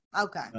Okay